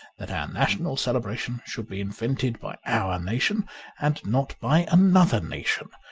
that our national celebration should be invented by our nation and not by another nation.